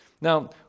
now